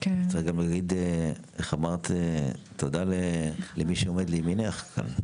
צריך גם להגיד תודה למי שעומד לימינך כאן,